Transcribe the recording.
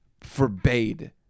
forbade